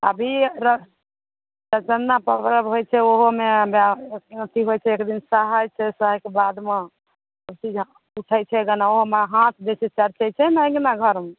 अभिए चौड़चना पर्ब होइ छै ओहोमे हबै अथी होइ छै एक दिन सहै छै सहैके बादमे उठै छै अँगनाहोमे हाथ अँगना घरमे